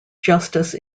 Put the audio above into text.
justice